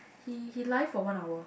he he live for one hour